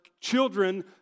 children